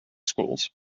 schools